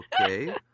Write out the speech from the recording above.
Okay